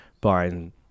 buying